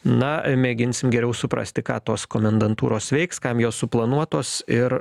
na mėginsim geriau suprasti ką tos komendantūros veiks kam jos suplanuotos ir